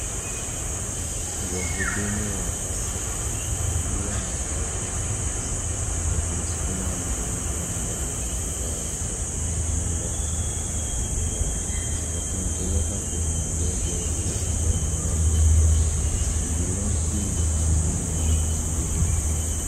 Wahudumu wa afya wamevalia mavazi maalum wakimskuma mgonjwa ndani ya kifaa cha kujikinga na vimelea wakimpeleka kwenye ndege ya kubeba wagonjwa. Ambulansi ya ardhini inasubiri karibu.